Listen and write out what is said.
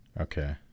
Okay